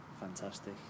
fantastic